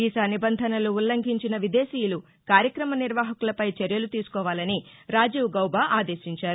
visa నిబంధనలు ఉల్లంఘించిన విదేశీయులు కార్యక్రమ నిర్వాహకులపై చర్యలు తీసుకోవాలని రాజీవ్ గౌబా ఆదేశించారు